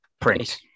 Print